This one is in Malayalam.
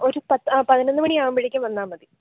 ഒരു പത്ത് ആ പത്തിനൊന്ന് മണി ആകുമ്പഴേക്കും വന്നാൽ മതി